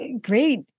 great